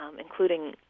including